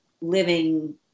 living